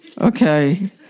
Okay